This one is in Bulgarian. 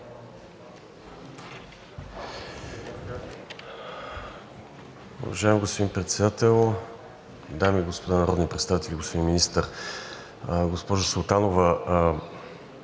Уважаеми господин Председател, дами и господа народни представители, господин Министър! Госпожо Султанова,